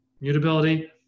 mutability